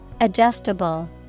Adjustable